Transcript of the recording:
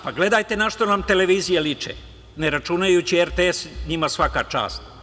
Pa gledajte na šta vam televizije liče, ne računajući RTS, njima svaka čast.